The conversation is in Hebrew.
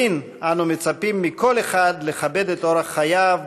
בדין אנו מצפים מכל אחד לכבד את אורח חייו,